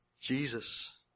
Jesus